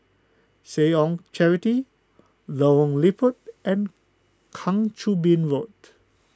Seh Ong Charity Lorong Liput and Kang Choo Bin Road